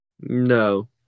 No